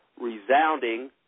resounding